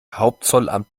hauptzollamt